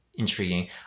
Intriguing